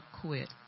quit